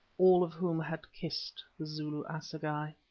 all of whom had kissed the zulu assegai.